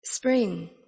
Spring